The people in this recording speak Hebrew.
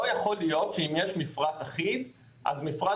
לא יכול להיות שאם יש מפרט אחיד אז מפרט